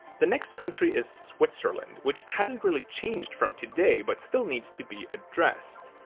the next country is switzerland, which hasn't really changed from today, but still needs to be addressed.